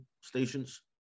stations